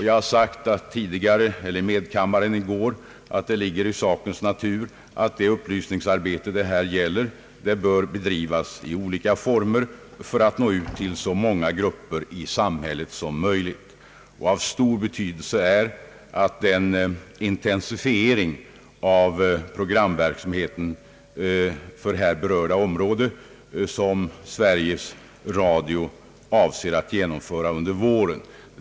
Jag sade i medkammaren i går att det ligger i sakens natur att det upplysningsarbete som det här gäller bör bedrivas i olika former för att nå ut till så många grupper i samhället som möjligt. Av största betydelse är den intensifiering av programverksamheten för här berörda område som Sveriges Radio avser att genomföra under våren.